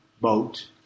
boat